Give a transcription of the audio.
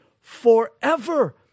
forever